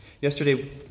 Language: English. Yesterday